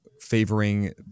favoring